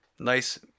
Nice